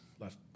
left